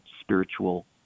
spiritual